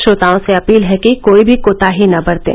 श्रोताओं से अपील है कि कोई भी कोताही न बरतें